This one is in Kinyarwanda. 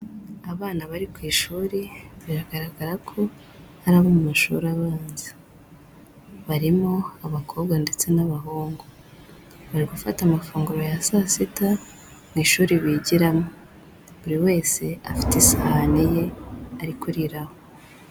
Abana bari ku ishuri, biragaragara ko ari abo mu mashuri abanza. Barimo abakobwa ndetse n'abahungu. Bari gufata amafunguro ya saa sita, mu ishuri bigiramo. Buri wese, afite isahani ye ari kuriraho.